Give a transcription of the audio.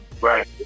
Right